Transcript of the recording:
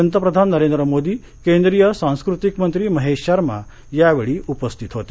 पंतप्रधान नरेंद्र मोदी केंद्रीय सांस्कृतिक मंत्री महेश शर्मा यावेळी उपस्थित होते